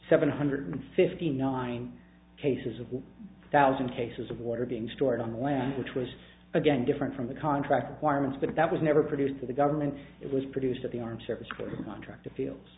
seven hundred fifty nine cases of one thousand cases of water being stored on land which was again different from the contract requirements but that was never produced to the government it was produced at the armed services contractor feel